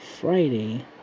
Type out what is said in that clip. Friday